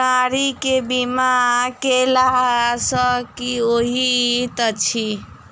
गाड़ी केँ बीमा कैला सँ की होइत अछि?